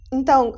Então